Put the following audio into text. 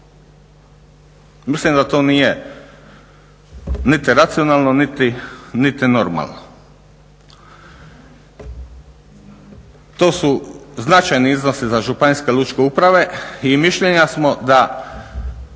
Mislim da to nije niti racionalno niti normalno. To su značajni iznosi za županijske lučke uprave i mišljenja smo da